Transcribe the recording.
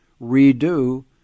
redo